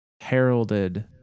heralded